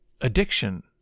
addiction